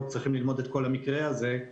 עוד צריכים ללמוד את כל המקרה הזה.